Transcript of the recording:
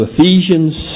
Ephesians